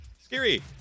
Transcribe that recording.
Scary